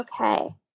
Okay